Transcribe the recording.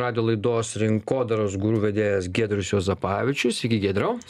radijo laidos rinkodaros guru vedėjas giedrius juozapavičius sveiki giedriau